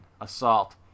Assault